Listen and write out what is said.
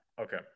Okay